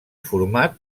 format